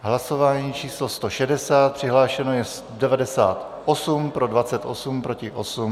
Hlasování číslo 160, přihlášeno je 98, pro 28, proti 8.